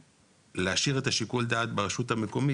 ולהשאיר את שיקול הדעת ברשות המקומית,